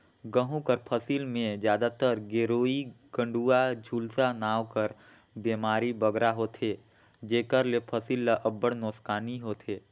गहूँ कर फसिल में जादातर गेरूई, कंडुवा, झुलसा नांव कर बेमारी बगरा होथे जेकर ले फसिल ल अब्बड़ नोसकानी होथे